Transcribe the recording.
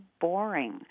boring